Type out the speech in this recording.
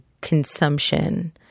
consumption